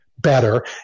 better